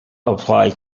apply